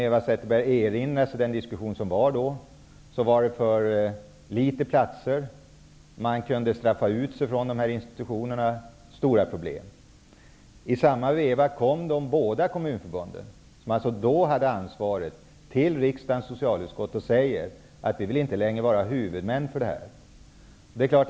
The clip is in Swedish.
Eva Zetterberg kanske erinrar sig diskussionen om att det fanns för få platser, att man kunde straffa ut sig från institutionerna och det var stora problem. I samma veva kom de båda kommunförbunden -- som då hade ansvaret -- till riksdagens socialutskott och sade att de inte längre ville vara huvudmän för denna verksamhet.